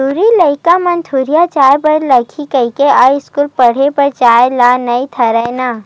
टूरी लइका मन दूरिहा जाय बर लगही कहिके अस्कूल पड़हे बर जाय ल नई धरय ना